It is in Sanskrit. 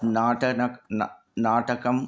नाटनकं न् नाटकम्